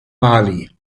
mali